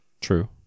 True